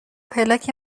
پلاک